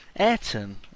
Ayrton